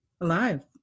alive